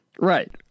right